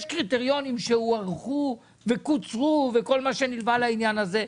יש קריטריונים שהוארכו וקוצרו וכל מה שנלווה לעניין הזה.